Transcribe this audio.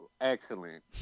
excellent